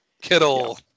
Kittle